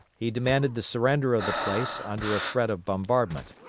he demanded the surrender of the place under a threat of bombardment.